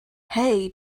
hey